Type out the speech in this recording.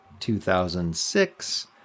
2006